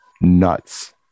nuts